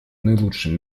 наилучшим